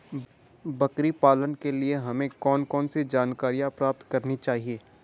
बकरी पालन के लिए हमें कौन कौन सी जानकारियां प्राप्त करनी चाहिए?